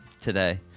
today